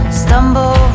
stumble